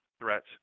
threats